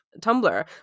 Tumblr